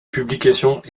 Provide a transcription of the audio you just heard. publications